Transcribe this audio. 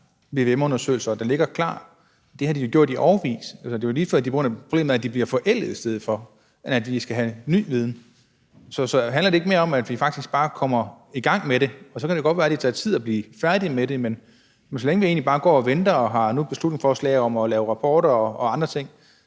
vvm-undersøgelser, der ligger klar, og det har de jo gjort i årevis. Det er lige før, problemet er, at de bliver forældet, og at vi skal have ny viden. Så handler det ikke mere om, at vi faktisk bare kommer i gang med det? Og så kan det godt være, at det tager tid at blive færdig med det; men så længe vi egentlig bare går og venter – og nu har vi et beslutningsforslag om at lave rapporter og andre ting